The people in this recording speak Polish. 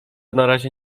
narazie